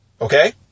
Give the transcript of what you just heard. Okay